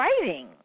writing